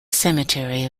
cemetery